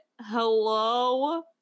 Hello